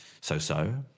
so-so